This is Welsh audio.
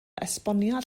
esboniad